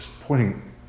pointing